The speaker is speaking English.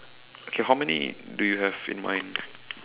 okay how many do you have in mind